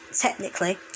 technically